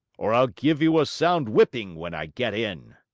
or i'll give you a sound whipping when i get in.